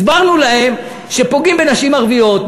הסברנו להם שפוגעים בנשים ערביות,